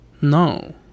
No